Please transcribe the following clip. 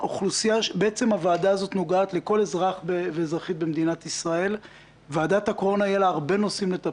הוועדה נוגעת בכל נושא במדינת ישראל וצריכה לסייע לוועדת הקורונה.